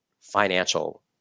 financial